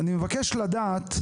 אני מבקש לדעת,